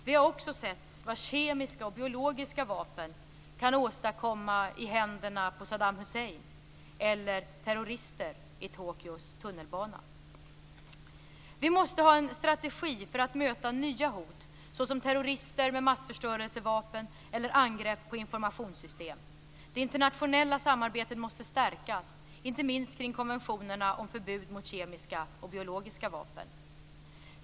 Vi har också sett vad kemiska och biologiska vapen kan åstadkomma i händerna på Saddam Hussein eller terrorister i Tokyos tunnelbana. Vi måste ha en strategi för att möta nya hot, såsom terrorister med massförstörelsevapen eller angrepp på informationssystem. Det internationella samarbetet måste stärkas, inte minst kring konventionerna om förbud mot kemiska och biologiska vapen.